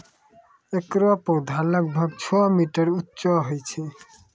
एकरो पौधा लगभग छो मीटर उच्चो होय छै